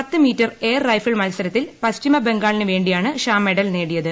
പത്ത് metre air rifle മത്സരത്തിൽ പശ്ചിമബംഗാളിന് വേ ിയാണ് ഷാ മെഡൽ നേടിയത്